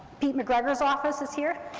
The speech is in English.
pete macgregor's office is here.